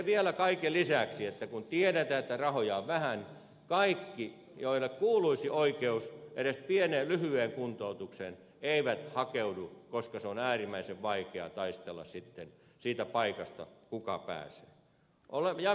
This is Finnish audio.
vielä kaiken lisäksi kun tiedetään että rahoja on vähän kaikki joille kuuluisi oikeus edes pieneen lyhyeen kuntoutukseen eivät hakeudu koska on äärimmäisen vaikeaa taistella sitten siitä paikasta kuka sinne pääsee